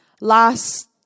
Last